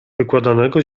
wykładanego